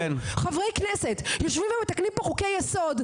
חברי כנסת יושבים ומתקנים פה חוקי יסוד,